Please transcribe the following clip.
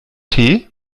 tee